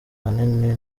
ahanini